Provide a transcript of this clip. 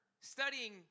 studying